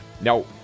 Now